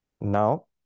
Now